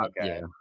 okay